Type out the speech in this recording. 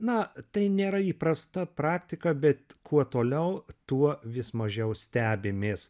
na tai nėra įprasta praktika bet kuo toliau tuo vis mažiau stebimės